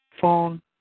phone